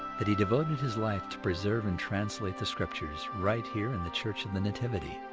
that he devoted his life to preserve and translate the scriptures, right here in the church of the nativity.